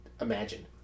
imagine